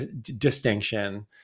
distinction